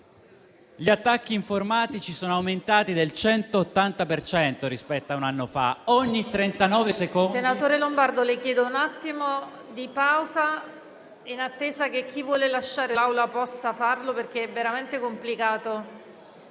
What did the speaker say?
Gli attacchi informatici sono aumentati del 180 per cento rispetto a un anno fa.